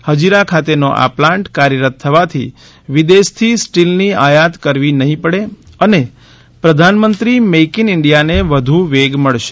અત્રે ઉલ્લેખનીય છે કે હજીરા ખાતેનો આ પ્લાન્ટ કાર્યરત થવાથી વિદેશથી સ્ટીલની આયાત કરવી નહીં પડે અને પ્રધાનમંત્રી મેઇક ઇન ઇન્ડિયા ને વધુ વેગ મળશે